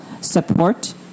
support